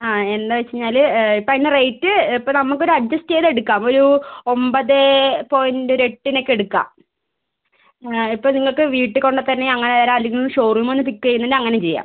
ആ എന്താണ് വെച്ച് കഴിഞ്ഞാൽ ഇപ്പോൾ അതിന് റേറ്റ് ഇപ്പോൾ നമുക്ക് ഒരു അഡ്ജസ്റ്റ് ചെയ്ത് എടുക്കാം ഒരു ഒൻപത് പോയിൻറ്റ് ഒരു എട്ടിന് ഒക്കെ എടുക്കാം ഇപ്പോൾ നിങ്ങൾക്ക് വീട്ടിൽ കൊണ്ടുത്തരണെങ്കിൽ അങ്ങനെ തരാം അല്ലെങ്കിൽ ഷോറൂം വന്ന് പിക്ക് ചെയ്യുന്നുണ്ട് അങ്ങനെയും ചെയ്യാം